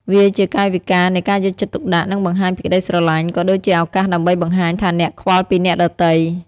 វាជាកាយវិការនៃការយកចិត្តទុកដាក់ និងបង្ហាញពីក្ដីស្រលាញ់ ក៏ដូចជាឱកាសដើម្បីបង្ហាញថាអ្នកខ្វល់ពីអ្នកដទៃ។